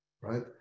right